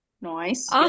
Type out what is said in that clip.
Nice